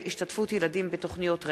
ברשות